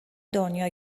دنیا